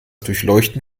durchleuchten